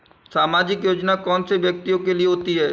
सामाजिक योजना कौन से व्यक्तियों के लिए होती है?